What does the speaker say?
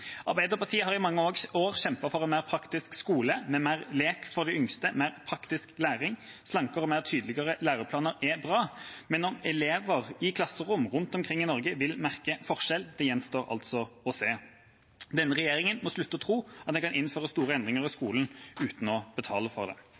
Arbeiderpartiet har i mange år kjempet for en mer praktisk skole med mer lek for de yngste og mer praktisk læring. Slankere og mer tydelige læreplaner er bra, men om elever i klasserom rundt omkring i Norge vil merke forskjell, gjenstår å se. Denne regjeringen må slutte å tro at den kan innføre store endringer i